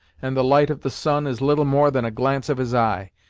and the light of the sun is little more than a glance of his eye.